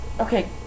Okay